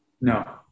No